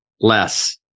less